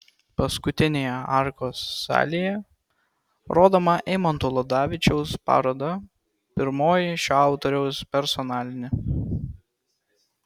paskutinėje arkos salėje rodoma eimanto ludavičiaus paroda pirmoji šio autoriaus personalinė